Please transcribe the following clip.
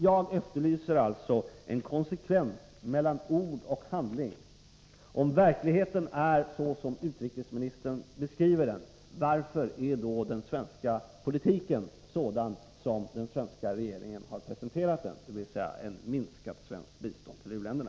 Jag efterlyser alltså konsekvens mellan ord och handling. Om verkligheten är sådan som utrikesministern beskriver den, varför är då den svenska politiken sådan som regeringen har presenterat den, dvs. med minskat svenskt bistånd till u-länderna?